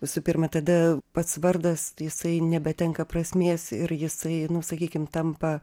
visų pirma tada pats vardas tai jisai nebetenka prasmės ir jisai nu sakykim tampa